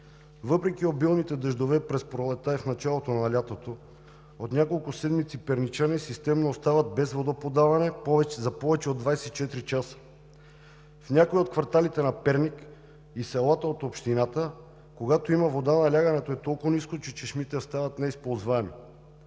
Въпреки обилните дъждове през пролетта и в началото на лятото от няколко седмици перничани системно остават без водоподаване за повече от 24 часа. В някои от кварталите на Перник и селата от общината, когато има вода налягането е толкова ниско, че чешмите стават неизползваеми.